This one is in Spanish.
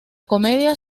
comedia